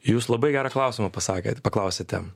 jūs labai gerą klausimą pasakėt paklausėte